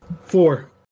Four